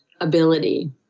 ability